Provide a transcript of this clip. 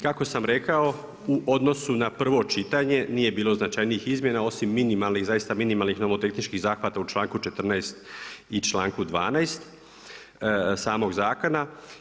Kako sam rekao, u odnosu na prvo čitanje, nije bilo značajnih izmjena, osim minimalne i zaista minimalnih nomotehničkih zahvata u članku 14. i članku 12. samog zakona.